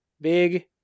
Big